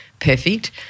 perfect